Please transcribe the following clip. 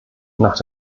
nach